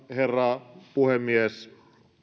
herra puhemies